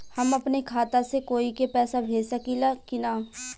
हम अपने खाता से कोई के पैसा भेज सकी ला की ना?